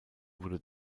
wurde